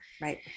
right